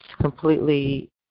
completely